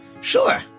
Sure